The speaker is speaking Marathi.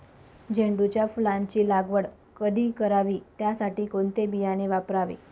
झेंडूच्या फुलांची लागवड कधी करावी? त्यासाठी कोणते बियाणे वापरावे?